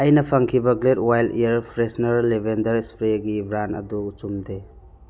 ꯑꯩꯅ ꯁꯪꯈꯤꯕ Glade wild air freshener lavender ꯏꯁꯄ꯭ꯔꯦꯒꯤ ꯕ꯭ꯔꯥꯟ ꯑꯗꯨ ꯆꯨꯝꯗꯦ